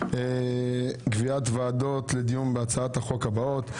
קביעת ועדות לדיון בהצעת החוק הבאות: